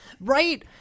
right